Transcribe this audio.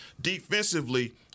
Defensively